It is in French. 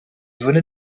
venait